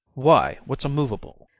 why, what's a moveable?